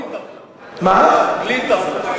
בלי טבלה.